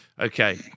Okay